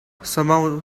somehow